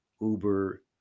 Uber